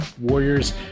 Warriors